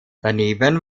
daneben